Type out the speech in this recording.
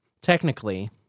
technically